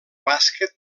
bàsquet